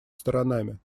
сторонами